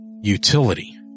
utility